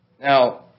Now